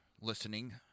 listening